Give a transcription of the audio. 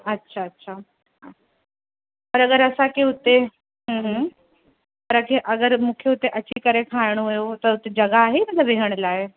अच्छा अच्छा पर अगरि असांखे हुते हूं हूं पर जे अगरि मूंखे हुते अची करे खाइणो हुयो त हुते जॻह आहे छा वेहण लाइ